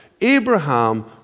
Abraham